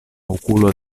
okulo